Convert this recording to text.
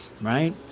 right